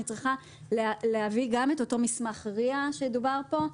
אני צריכה גם להביא את אותו מסמך RIA שדובר פה,